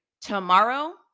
Tomorrow